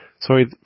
Sorry